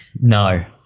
No